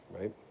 right